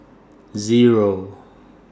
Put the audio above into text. Zero